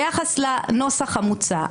ביחס לנוסח המוצע.